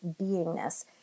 beingness